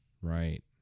Right